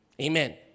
Amen